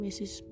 Mrs